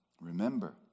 Remember